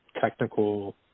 technical